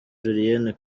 julienne